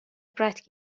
عبرت